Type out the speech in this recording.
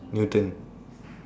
Newton